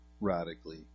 radically